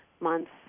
months